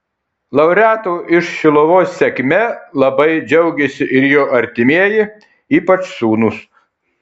laureato iš šiluvos sėkme labai džiaugėsi ir jo artimieji ypač sūnūs